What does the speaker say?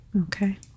Okay